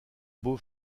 beau